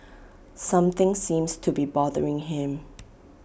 something seems to be bothering him